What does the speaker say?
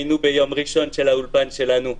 היינו ביום הראשון של האולפן שלנו.